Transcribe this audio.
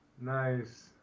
Nice